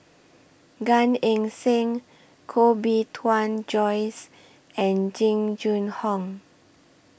Gan Eng Seng Koh Bee Tuan Joyce and Jing Jun Hong